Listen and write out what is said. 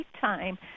time